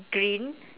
green